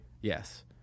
Yes